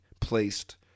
placed